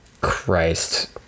Christ